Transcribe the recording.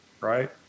Right